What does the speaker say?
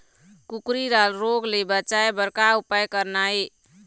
कुकरी ला रोग ले बचाए बर का उपाय करना ये?